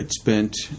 Spent